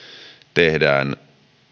tehdään